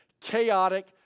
chaotic